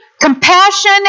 compassion